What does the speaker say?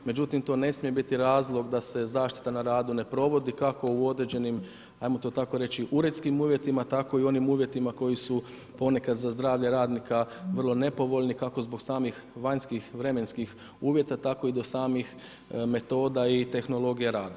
Međutim, to ne smije biti razlog da se zaštita na radu ne provodi kako u određenim, ajmo to tako reći, uredskim uvjetima, tako i u onim uvjetima koji su ponekad za zdravlje radnika vrlo nepovoljni, kako zbog samih vanjskih vremenskih uvjeta, tako i do samih metoda i tehnologija rada.